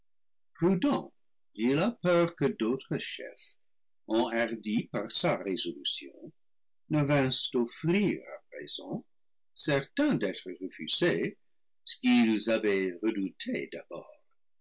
il a peur que d'autres chefs enhardis par sa résolution ne vinssent offrir à présent certains d'être refusés ce qu'ils avaient redouté d'abord